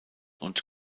und